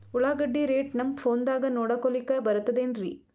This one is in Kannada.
ಉಳ್ಳಾಗಡ್ಡಿ ರೇಟ್ ನಮ್ ಫೋನದಾಗ ನೋಡಕೊಲಿಕ ಬರತದೆನ್ರಿ?